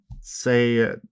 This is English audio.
say